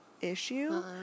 issue